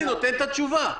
אני נותן את התשובה.